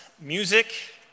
music